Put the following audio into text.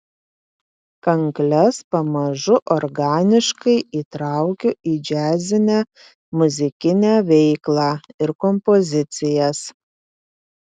kankles pamažu organiškai įtraukiu į džiazinę muzikinę veiklą ir kompozicijas